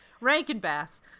Rankin-Bass